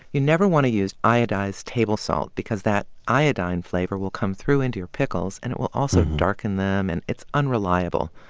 you never want to use iodized table salt because that iodine flavor will come through into your pickles. and it will also darken them. and it's unreliable.